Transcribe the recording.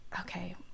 okay